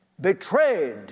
betrayed